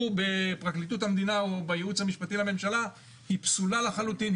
בפרקליטות המדינה או בייעוץ המשפטי לממשלה היא פסולה לחלוטין,